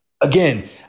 Again